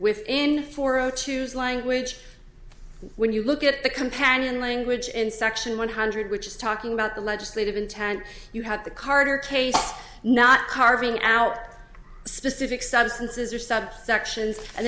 within four zero choose language when you look at the companion language in section one hundred which is talking about the legislative intent you had the carter case not carving out specific substances or subsections and